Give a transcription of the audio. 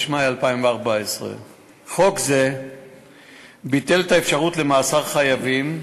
מאי 2014. חוק זה ביטל את האפשרות למאסר חייבים,